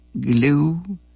glue